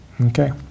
Okay